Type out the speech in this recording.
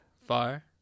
Far